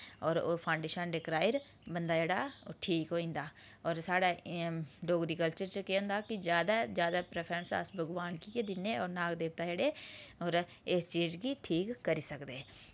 होर ओह् फांडे शांडे कराई'र बंदा जेह्ड़ा ओह् ठीक होई जंदा होर साढ़ै डोगरी कल्चर च केह् होंदा कि ज्यादा ज्यादा परैफ्रैंस अस भगवान गी गै दिन्ने होर नाग देवता जेह्ड़े होर इस चीज़ गी ठीक करी सकदे